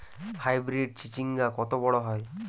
Hybrid চিচিংঙ্গা কত বড় হয়?